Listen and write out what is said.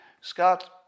Scott